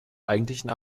eigentlichen